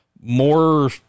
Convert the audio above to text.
more